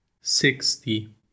sixty